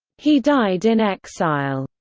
he died in exile.